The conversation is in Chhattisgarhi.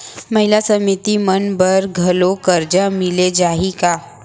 महिला समिति मन बर घलो करजा मिले जाही का?